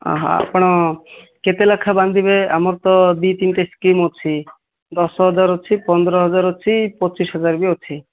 ଓ ହୋ ଆପଣ କେତେ ଲେଖା ବାନ୍ଧିବେ ଆମର ତ ଦୁଇ ତିନିଟା ସ୍କିମ୍ ଅଛି ଦଶ ହଜାର ଅଛି ପନ୍ଦର ହଜାର ଅଛି ପଚିଶି ହଜାର ବି ଅଛି